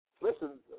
listen